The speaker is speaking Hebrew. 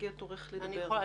מגיע תורך לדבר.